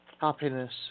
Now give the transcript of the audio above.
Happiness